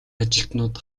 ажилтнууд